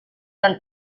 dan